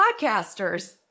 podcasters